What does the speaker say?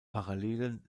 parallelen